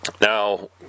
Now